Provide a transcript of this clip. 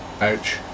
ouch